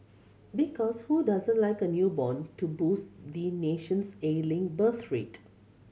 because who doesn't like a newborn to boost the nation's ailing birth rate